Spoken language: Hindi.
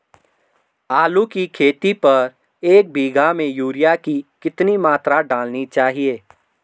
आलू की खेती पर एक बीघा में यूरिया की कितनी मात्रा डालनी चाहिए?